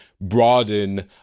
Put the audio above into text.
broaden